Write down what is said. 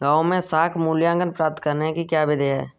गाँवों में साख मूल्यांकन प्राप्त करने की क्या विधि है?